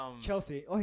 Chelsea